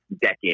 decade